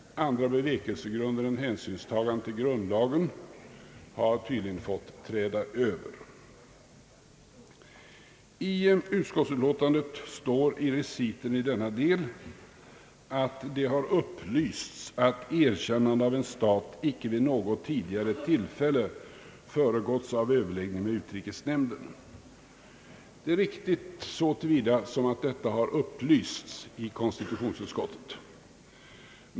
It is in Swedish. Andra bevekelsegrunder än hänsynstagande till grundlagen har tydligen fått träda över. I utskottsutlåtandet framhålles i reciten i denna del att det har upplysts att erkännande av en stat inte vid något tidigare tillfälle föregåtts av överläggning med utrikesnämnden. Det är riktigt så till vida, att detta har upplysts i konstitutionsutskottet.